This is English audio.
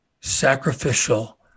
sacrificial